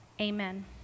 Amen